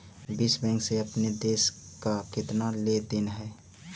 विश्व बैंक से अपने देश का केतना लें देन हई